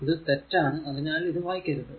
ഇത് തെറ്റാണു അതിനാൽ ഇത് വായിക്കരുത്